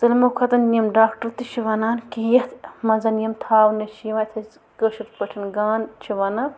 سٲلِمَو کھۄتَن یِم ڈاکٹَر تہِ چھِ وَنان کہِ یَتھ منٛز یِم تھاونہٕ چھِ یِوان یَتھ أسۍ کٲشُر پٲٹھۍ گان چھِ وَنان